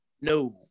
No